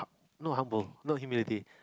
no humble no humanity